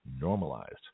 normalized